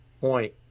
Point